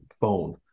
phone